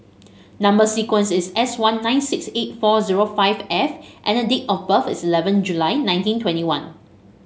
number sequence is S one nine six eight four zero five F and date of birth is eleven July nineteen twenty one